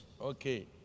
Okay